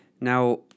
Now